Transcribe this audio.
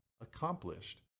accomplished